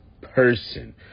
person